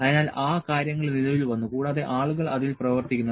അതിനാൽ ആ കാര്യങ്ങൾ നിലവിൽ വന്നു കൂടാതെ ആളുകൾ അതിൽ പ്രവർത്തിക്കുന്നു